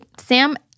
Sam